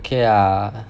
okay ah